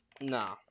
Nah